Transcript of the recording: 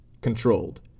controlled